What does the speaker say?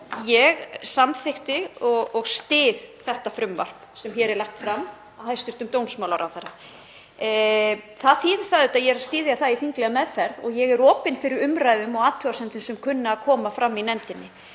Ég samþykkti og styð þetta frumvarp sem hér er lagt fram af hæstv. dómsmálaráðherra. Það þýðir auðvitað að ég styðji það í þinglega meðferð og er opin fyrir umræðum og athugasemdum sem kunna að koma fram í nefndinni.